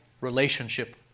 relationship